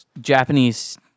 Japanese